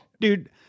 dude